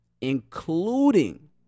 including